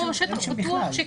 זה כמו שטח פתוח.